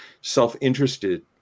self-interested